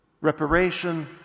reparation